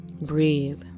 Breathe